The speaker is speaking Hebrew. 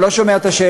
אני לא שומע את השאלה.